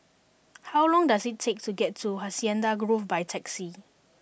how long does it take to get to Hacienda Grove by taxi